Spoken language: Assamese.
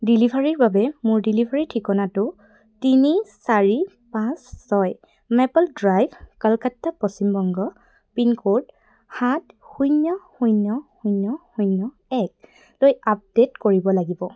ডেলিভাৰীৰ বাবে মোৰ ডেলিভাৰী ঠিকনাটো তিনি চাৰি পাঁচ ছয় maple drive Kolkata Paschimbanga pin code সাত শূন্য শূন্য শূন্য শূন্য একলৈ আপডেট কৰিব লাগিব